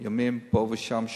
שיש ימים פה ושם,